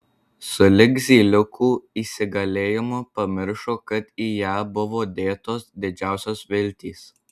sulig zyliukų įsigalėjimu pamiršo kad į ją buvo dėtos didžiausios viltys